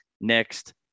next